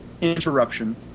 interruption